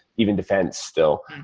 even defense still.